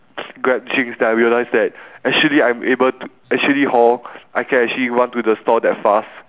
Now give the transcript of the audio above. grab drinks then I realise that actually I'm able to actually hor I can actually run to the store that fast